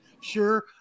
Sure